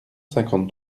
cinquante